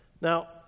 Now